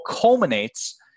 culminates